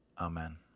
Amen